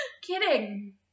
Kidding